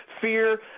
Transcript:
Fear